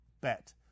bet